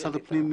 משרד הפנים,